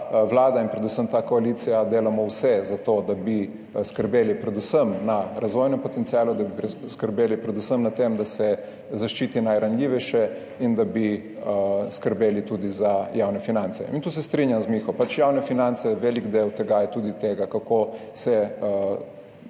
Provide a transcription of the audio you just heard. vlada in predvsem ta koalicija delamo vse za to, da bi skrbeli predvsem za razvojni potencial, da bi skrbeli predvsem za to, da se zaščiti najranljivejše, in da bi skrbeli tudi za javne finance. Tu se strinjam z Miho, pač javne finance, velik del tega je tudi to, kako se